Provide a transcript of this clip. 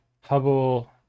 Hubble